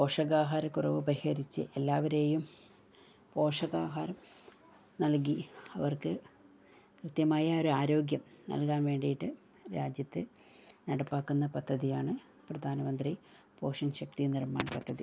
പോഷകാഹാരക്കുറവ് പരിഹരിച്ച് എല്ലാവരെയും പോഷകാഹാരം നൽകി അവർക്ക് കൃത്യമായ ഒരാരോഗ്യം നൽകാൻ വേണ്ടിയിട്ട് രാജ്യത്ത് നടപ്പാക്കുന്ന പദ്ധതിയാണ് പ്രധാൻമന്ത്രി പോഷൺ ശക്തി നിർമ്മാൺ പദ്ധതി